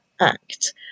act